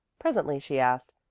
presently she asked,